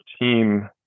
team